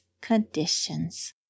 Conditions